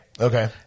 Okay